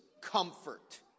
comfort